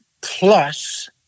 plus